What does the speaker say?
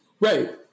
Right